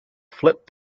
flip